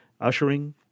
ushering